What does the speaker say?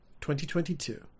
2022